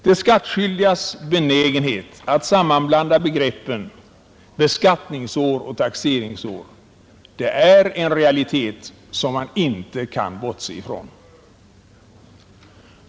De skattskyldigas benägenhet att sammanblanda begreppen beskattningsår och taxeringsår är en realitet som man inte kan bortse från.